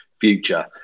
future